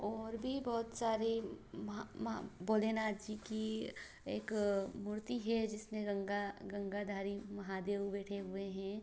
और भी बहुत सारी महा महा भोलेनाथ जी की एक मूर्ति है जिसमें गंगा गंगाधारी महादेव बैठे हुए हैं